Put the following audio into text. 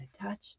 touch